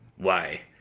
why,